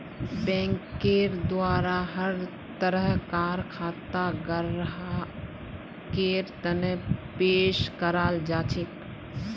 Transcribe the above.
बैंकेर द्वारा हर तरह कार खाता ग्राहकेर तने पेश कराल जाछेक